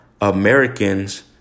Americans